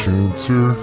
Cancer